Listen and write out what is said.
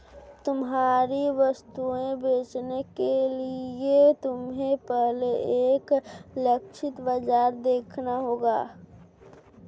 तुम्हारी वस्तुएं बेचने के लिए तुम्हें पहले एक लक्षित बाजार देखना होगा